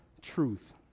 truth